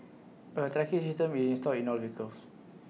A tracking system is installed in all vehicles